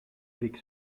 avec